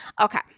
okay